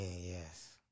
yes